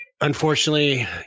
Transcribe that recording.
unfortunately